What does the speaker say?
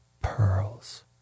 pearls